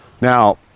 Now